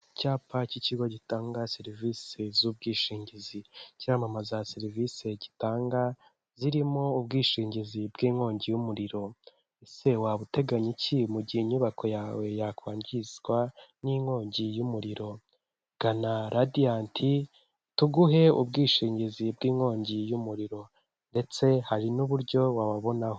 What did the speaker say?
Icyapa cy'ikigo gitanga serivisi z'ubwishingizi cyamamaza serivisi gitanga, zirimo ubwishingizi bw'inkongi y'umuriro. Ese waba uteganya iki mu gihe inyubako yawe yakwangizwa n'inkongi y'umuriro? Gana radiyanti tuguhe ubwishingizi bw'inkongi y'umuriro ndetse hari n'uburyo wababonaho.